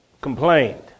complained